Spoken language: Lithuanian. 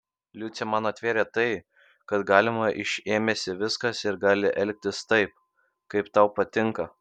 liucė man atvėrė tai kad galima iš ėmėsi viskas ir gali elgtis taip kaip tau patinka